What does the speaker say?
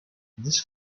this